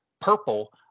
purple